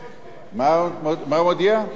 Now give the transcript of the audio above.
המליאה.